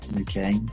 Okay